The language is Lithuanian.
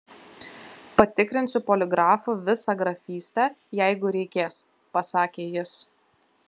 patikrinsiu poligrafu visą grafystę jeigu reikės pasakė jis